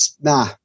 nah